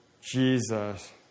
Jesus